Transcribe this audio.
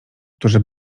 którzy